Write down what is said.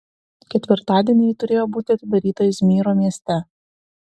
ketvirtadienį ji turėjo būti atidaryta izmyro mieste